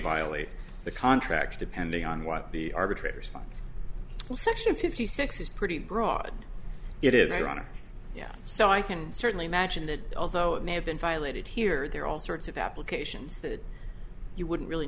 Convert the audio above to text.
violate the contract depending on what the arbitrators one section fifty six is pretty broad it is ironic yeah so i can certainly imagine that although it may have been violated here there are all sorts of applications that you wouldn't really